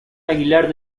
aguilar